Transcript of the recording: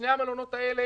שני המלונות האלה